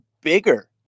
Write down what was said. bigger